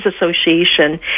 Association